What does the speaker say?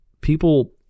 people